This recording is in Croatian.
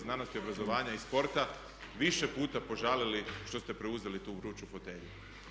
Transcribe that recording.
Znanosti, obrazovanja i sporta više puta požalili što ste preuzeli tu vruću fotelju.